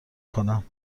کنم